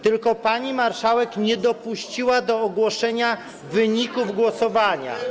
tylko pani marszałek nie dopuściła do ogłoszenia wyników głosowania.